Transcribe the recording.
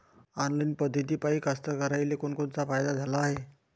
Online पद्धतीपायी कास्तकाराइले कोनकोनचा फायदा झाला हाये?